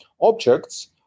objects